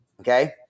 Okay